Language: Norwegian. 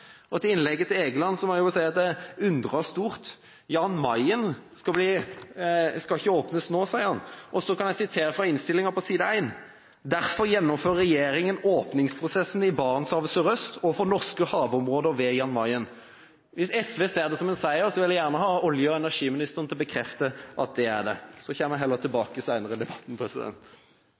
sårbare. Til innlegget til Egeland må jeg si at jeg undrer stort: Jan Mayen skal ikke åpnes nå, sier han. Da kan jeg sitere fra innstillingen på side 1: «Derfor gjennomfører regjeringen åpningsprosessene i Barentshavet sørøst og for norske havområder ved Jan Mayen.» Hvis SV ser det som en seier, vil jeg gjerne ha olje- og energiministeren til å bekrefte at det er det. Så kommer jeg heller tilbake